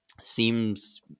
seems